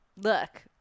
look